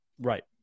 Right